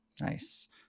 nice